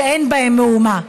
שאין בהן מאומה.